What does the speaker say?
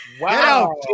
Wow